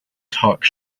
talk